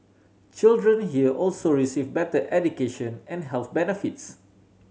children here also receive better education and health benefits